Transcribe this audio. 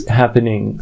happening